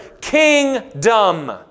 kingdom